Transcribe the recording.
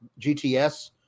GTS